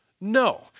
No